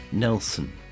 Nelson